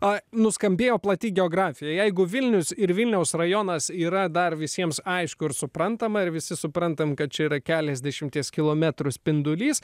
o nuskambėjo plati geografija jeigu vilnius ir vilniaus rajonas yra dar visiems aišku ir suprantama ir visi suprantame kad čia yra kelias dešimtis kilometrų spindulys